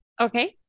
Okay